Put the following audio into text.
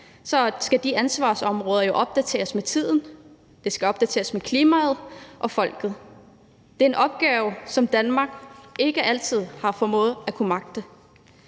De skal opdateres med tiden, med klimaet og med folket. Det er en opgave, som Danmark ikke altid har formået at magte.